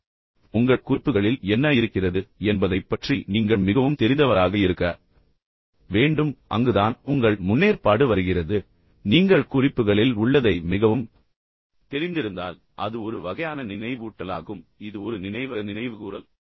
எனவே குறிப்புகளைப் பாருங்கள் ஆனால் உங்கள் குறிப்புகளில் என்ன இருக்கிறது என்பதைப் பற்றி நீங்கள் மிகவும் தெரிந்தவராக இருக்க வேண்டும் எனவே அங்குதான் உங்கள் முன்னேற்பாடு வருகிறது மேலும் நீங்கள் குறிப்புகளில் உள்ளதை மிகவும் முழுமையாகத் தெரிந்திருந்தால் அது ஒரு வகையான நினைவூட்டலாகும் இது ஒரு நினைவக நினைவுகூரல் மட்டுமே